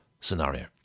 scenario